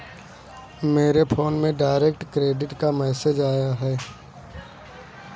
मेरे फोन में direct credit का मैसेज आया है